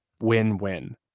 win-win